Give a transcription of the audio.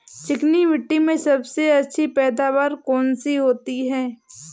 चिकनी मिट्टी में सबसे अच्छी पैदावार कौन सी होती हैं?